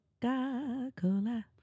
cola